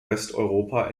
westeuropa